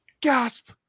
Gasp